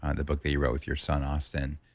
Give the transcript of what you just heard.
um the book that you wrote with your son, austin?